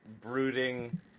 brooding